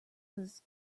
was